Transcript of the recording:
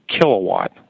kilowatt